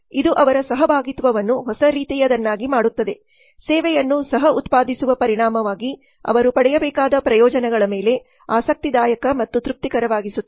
ಇದು ಅವರ ಸಹಭಾಗಿತ್ವವನ್ನು ಹೊಸ ರೀತಿಯದನ್ನಾಗಿ ಮಾಡುತ್ತದೆ ಸೇವೆಯನ್ನು ಸಹ ಉತ್ಪಾದಿಸುವ ಪರಿಣಾಮವಾಗಿ ಅವರು ಪಡೆಯಬೇಕಾದ ಪ್ರಯೋಜನಗಳ ಮೇಲೆ ಆಸಕ್ತಿದಾಯಕ ಮತ್ತು ತೃಪ್ತಿಕರವಾಗಿಸುತ್ತದೆ